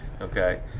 okay